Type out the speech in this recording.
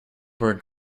word